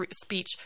speech